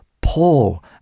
Paul